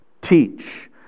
teach